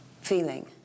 feeling